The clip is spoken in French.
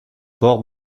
port